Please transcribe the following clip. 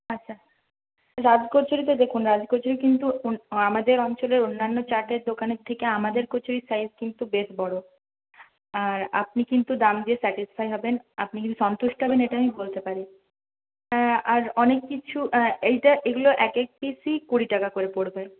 আচ্ছা রাজ কচুরিতে দেখুন রাজ কচুরি কিন্তু আমাদের অঞ্চলের অন্যান্য চাটের দোকানের থেকে আমাদের কচুরির সাইজ কিন্তু বেশ বড় আর আপনি কিন্তু দাম দিয়ে স্যাটিসফাই হবেন আপনি সন্তুষ্ট হবেন এটা আমি বলতে পারি হ্যাঁ আর অনেক কিছু এইটা এগুলো একেক পিসই কুড়ি টাকা করে পড়বে